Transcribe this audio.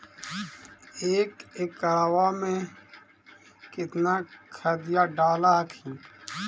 एक एकड़बा मे कितना खदिया डाल हखिन?